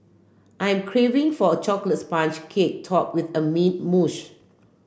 I am craving for a chocolate sponge cake topped with a mint mousse